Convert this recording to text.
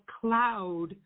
cloud